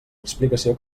explicació